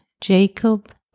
Jacob